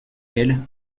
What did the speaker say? elle